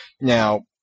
Now